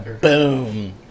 Boom